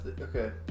okay